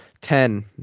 Ten